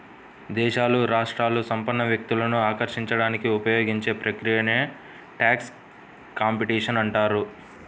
దేశాలు, రాష్ట్రాలు సంపన్న వ్యక్తులను ఆకర్షించడానికి ఉపయోగించే ప్రక్రియనే ట్యాక్స్ కాంపిటీషన్ అంటారు